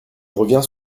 reviens